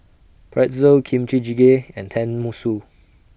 Pretzel Kimchi Jjigae and Tenmusu